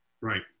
Right